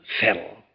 fell